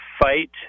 fight